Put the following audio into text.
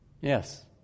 Yes